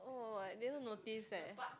uh I didn't notice leh